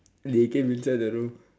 they came inside the room